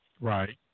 Right